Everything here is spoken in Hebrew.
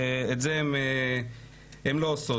את זה הן לא עושות,